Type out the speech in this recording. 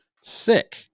sick